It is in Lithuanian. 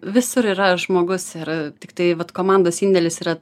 visur yra žmogus ir tiktai vat komandos indėlis yra